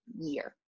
year